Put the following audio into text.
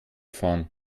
fahren